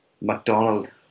McDonald